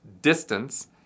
distance